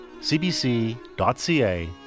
cbc.ca